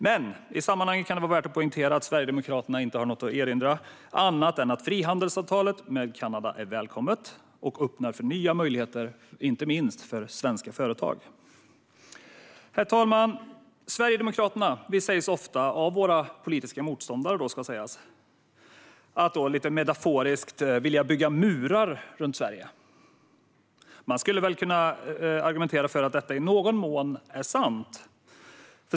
Men i sammanhanget kan det vara värt att poängtera att Sverigedemokraterna inte har något att erinra annat än att frihandelsavtalet med Kanada är välkommet och öppnar för nya möjligheter, inte minst för svenska företag. Herr talman! Sverigedemokraterna sägs ofta - av våra politiska motståndare - lite metaforiskt vilja bygga murar runt Sverige. Man skulle väl kunna argumentera för att detta i någon mån är sant.